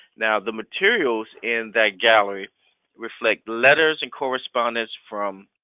now the materials in that gallery reflect letters and correspondence from